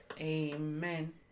Amen